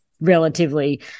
relatively